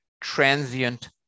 transient